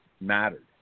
mattered